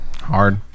hard